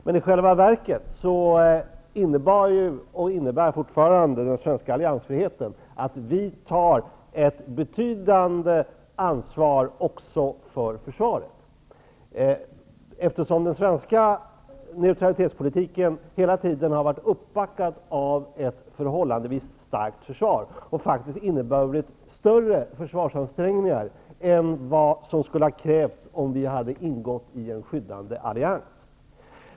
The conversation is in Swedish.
Men i själva verket innebar, och innebär fortfarande, den svenska alliansfriheten att vi tar ett betydande ansvar också för försvaret, eftersom den svenska neutralitetspolitiken hela tiden har varit uppbackad av ett förhållandevis starkt försvar och faktiskt inneburit större försvarsansträngningar än vad som skulle ha krävts om vi hade ingått i en skyddande allians.